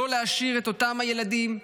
לא להשאיר את אותם הילדים,